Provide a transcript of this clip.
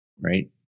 right